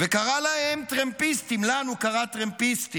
קרא להם "טרמפיסטים" לנו הוא קרא טרמפיסטים.